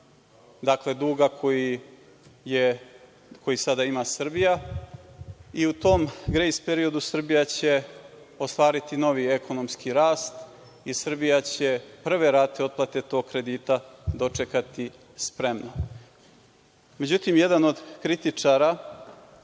dakle, duga koji sada ima Srbija i u tom grejs periodu Srbija će ostvariti novi ekonomski rast i Srbija će prve rate otplate tog kredita dočekati spremno.Međutim, jedan od kritičara